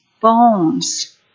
bones